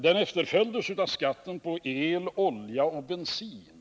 Den efterföljdes av skatten på el, olja och bensin.